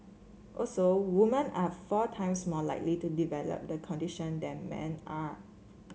also woman are four times more likely to develop the condition than man are